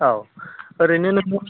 औ ओरैनो नोङो